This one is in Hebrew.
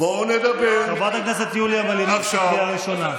חבר הכנסת שטרן, קריאה ראשונה.